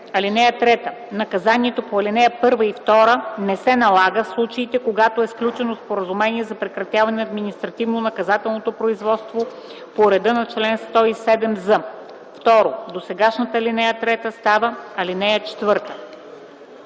ал. 3: „(3) Наказанието по ал. 1 и 2 не се налага в случаите, когато е сключено споразумение за прекратяване на административно-наказателното производство по реда на чл. 107з.” 2. Досегашната ал. 3 става ал. 4.”